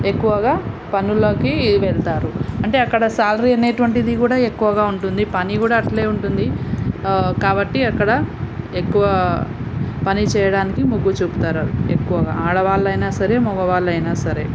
ఎక్కువగా పనులకు వెళతారు అంటే అక్కడ శాలరీ అనేటుటువంటిది కూడా ఎక్కువగా ఉంటుంది పని కూడా అట్లే ఉంటుంది కాబట్టి అక్కడ ఎక్కువ పనిచేయడానికి ముగ్గు చూపుతారు ఆడ ఎక్కువగా ఆడవాళ్ళు అయిన సరే మగవాళ్ళు అయిన సరే